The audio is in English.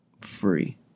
free